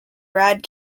brad